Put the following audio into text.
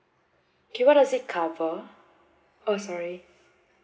okay what does it cover oh sorry